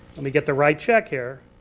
let me get the right check here.